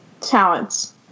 talents